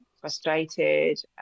frustrated